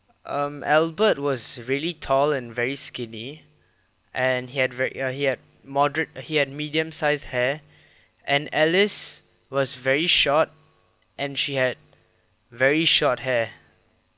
um albert was really tall and very skinny and he had ver~ uh he had moderate he had medium sized hair and alice was very short and she had very short hair